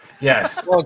Yes